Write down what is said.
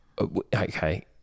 okay